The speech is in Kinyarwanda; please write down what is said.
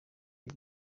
y’u